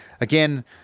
Again